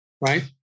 right